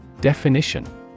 Definition